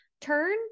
turn